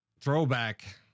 throwback